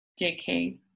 jk